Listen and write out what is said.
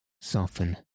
soften